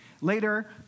later